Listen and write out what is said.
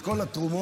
את כל התרומות,